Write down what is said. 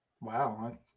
Wow